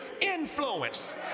influence